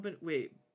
Wait